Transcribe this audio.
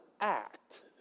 act